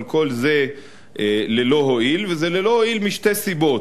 אבל כל זה ללא הועיל, וזה ללא הועיל משתי סיבות: